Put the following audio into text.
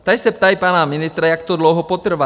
Tady se ptají pana ministra, jak to dlouho potrvá.